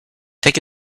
take